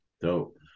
Dope